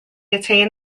attained